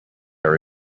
are